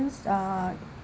insurance uh